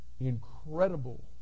incredible